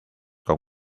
con